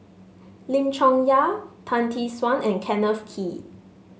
Lim Chong Yah Tan Tee Suan and Kenneth Kee